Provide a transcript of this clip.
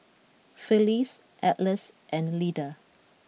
Phyllis Atlas and Lida